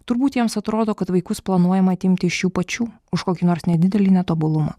turbūt jiems atrodo kad vaikus planuojama atimti iš jų pačių už kokį nors nedidelį netobulumą